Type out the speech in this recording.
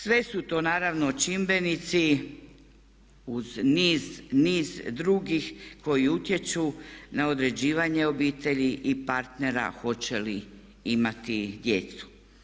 Sve su to naravno čimbenici uz niz, niz drugih koji utječu na određivanje obitelji i partnera hoće li imati djecu.